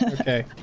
Okay